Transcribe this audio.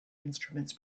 instruments